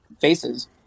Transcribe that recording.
faces